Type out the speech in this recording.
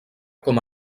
com